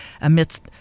amidst